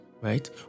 right